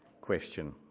question